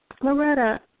Loretta